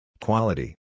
Quality